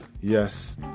yes